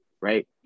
right